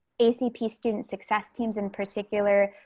acp student success teams, in particular,